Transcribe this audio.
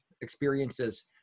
experiences